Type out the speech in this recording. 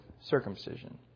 circumcision